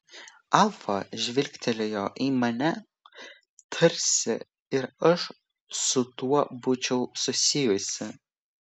alfa žvilgtelėjo į mane tarsi ir aš su tuo būčiau susijusi